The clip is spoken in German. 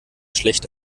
schlecht